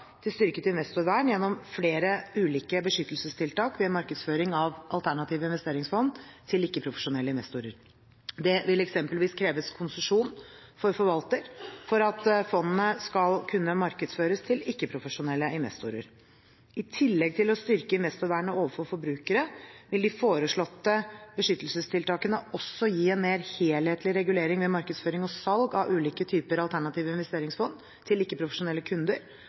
til styrket investorvern gjennom flere ulike beskyttelsestiltak ved markedsføring av alternative investeringsfond til ikke-profesjonelle investorer. Det vil eksempelvis kreves konsesjon for forvalter for at fondene skal kunne markedsføres til ikke-profesjonelle investorer. I tillegg til å styrke investorvernet overfor forbrukere vil de foreslåtte beskyttelsestiltakene også gi en mer helhetlig regulering ved markedsføring og salg av ulike typer alternative investeringsfond til ikke-profesjonelle kunder,